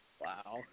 wow